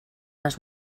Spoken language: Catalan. les